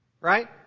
Right